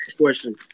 question